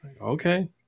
Okay